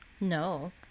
No